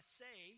say